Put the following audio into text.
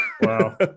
Wow